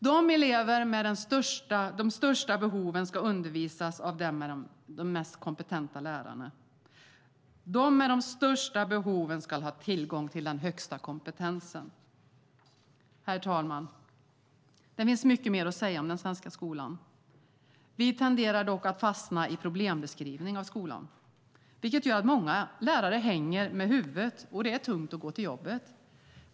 De elever som har de största behoven ska undervisas av de mest kompetenta lärarna. De med de största behoven ska ha tillgång till den högsta kompetensen. Herr talman! Det finns mycket mer att säga om den svenska skolan. Vi tenderar dock att fastna i en problembeskrivning av skolan, vilket gör att många lärare hänger med huvudet och att det är tungt att gå till jobbet.